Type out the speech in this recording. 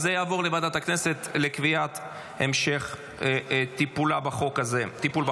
אז היא תעבור לוועדת הכנסת לקביעת המשך הטיפול בחוק.